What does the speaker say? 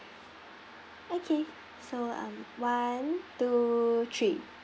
okay so um one two three